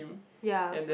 ya